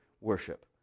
worship